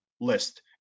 list